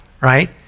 right